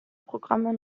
programme